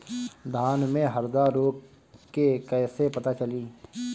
धान में हरदा रोग के कैसे पता चली?